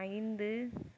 ஐந்து